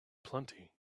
plenty